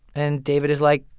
and david is like,